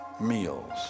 meals